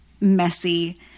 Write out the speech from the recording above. messy